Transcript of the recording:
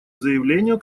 заявлению